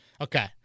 Okay